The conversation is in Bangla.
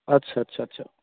আচ্ছা আচ্ছা আচ্ছা